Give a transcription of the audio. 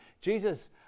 Jesus